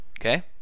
Okay